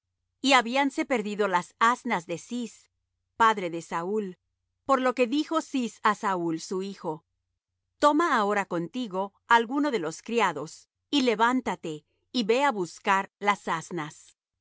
y habíanse perdido las asnas de cis padre de saúl por lo que dijo cis á saúl su hijo toma ahora contigo alguno de los criados y levántate y ve á buscar las asnas